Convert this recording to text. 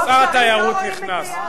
שר התיירות נכנס.